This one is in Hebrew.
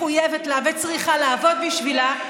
מחויבת לה וצריכה לעבוד בשבילה,